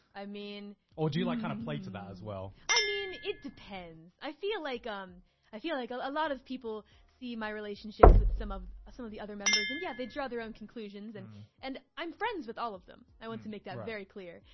i mean or do you like kinda kind of play to that as well? i mean it depends. i feel like um i feel like a lot of people see my relationships with some of some of the other members and yeah they draw their own conclusions and and i'm friends with all of them. i want to make that very clear,